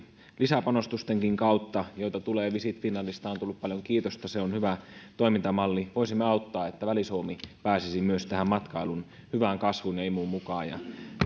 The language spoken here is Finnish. lisäpanostustenkin kautta joita tulee visit finlandista on tullut paljon kiitosta se on hyvä toimintamalli niin että myös väli suomi pääsisi tähän matkailun hyvään kasvuun ja imuun mukaan ja se